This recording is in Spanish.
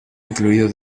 incluido